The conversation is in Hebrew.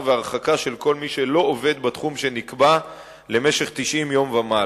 והרחקה של כל מי שלא עובד בתחום שנקבע למשך 90 יום ומעלה,